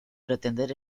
pretender